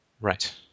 Right